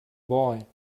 boy